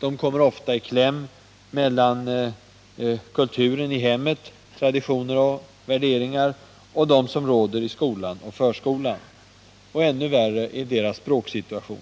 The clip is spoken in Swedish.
De kommer ofta i kläm mellan kulturen i hemmet, traditionerna och värderingarna hemma och de som råder i skolan eller i förskolan. Ännu värre är deras språksituation.